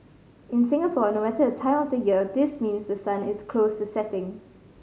in Singapore no matter the time of the year this means the sun is close to setting